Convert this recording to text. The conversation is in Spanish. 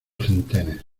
centenes